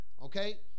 okay